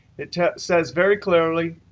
it says very clearly